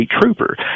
trooper